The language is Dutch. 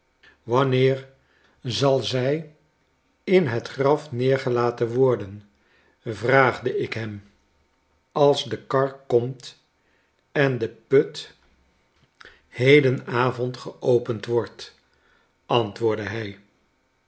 wanneer zal zij in het graf neergelaten worden vraagde ik hem als de kar komt en de put heden avond geopend wordt antwoordde hij